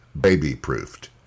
baby-proofed